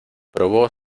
probó